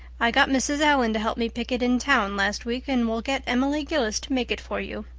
i got mrs. allan to help me pick it in town last week, and we'll get emily gillis to make it for you.